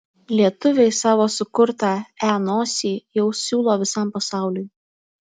lietuviai savo sukurtą e nosį jau siūlo visam pasauliui